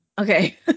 Okay